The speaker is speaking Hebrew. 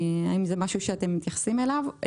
האם זה משהו שאתם מתייחסים אליו?